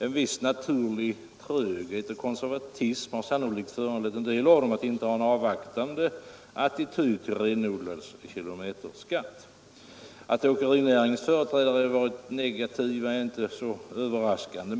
En helt naturlig tröghet och konservatism har sannolikt föranlett en del av dem att inta en avvaktande attityd till renodlad kilometerskatt. Att åkerinäringens företrädare har varit negativa är inte så överraskande.